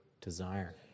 desire